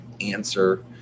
answer